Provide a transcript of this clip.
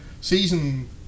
season